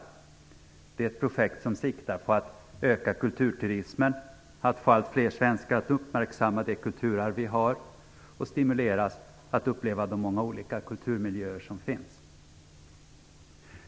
Det är ett projekt som siktar på att öka kulturturismen och att få allt fler svenskar att uppmärksamma det kulturarv vi har och stimuleras att uppleva de många olika kulturmiljöer som finns.